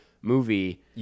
movie